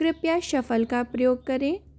कृपया शफल का प्रयोग करें